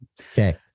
okay